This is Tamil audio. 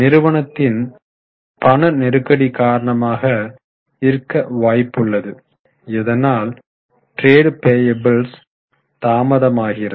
நிறுவனத்தின் பண நெருக்கடி காரணமாக இருக்க வாய்ப்புள்ளது இதனால் டிரெடு பேயபுள்ஸ் தாமதமாகிறது